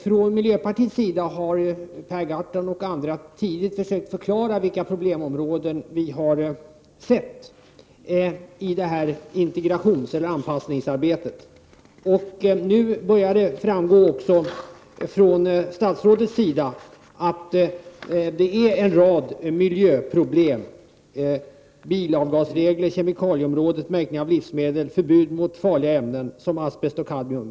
Per Gahrton och andra från miljöpartiet har tidigt försökt att förklara vilka problemområden vi har sett i det här anpassningsarbetet. Nu framgår det också från statsrådets sida att det finns en rad sådana som gäller miljön, t.ex. bilavgasregler, kemikalieområdet, märkning av livsmedel, förbud mot farliga ämnen som asbest och kadmium.